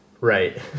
Right